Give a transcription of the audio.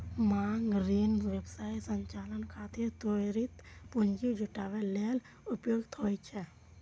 मांग ऋण व्यवसाय संचालन खातिर त्वरित पूंजी जुटाबै लेल उपयुक्त होइ छै